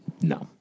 No